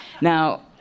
Now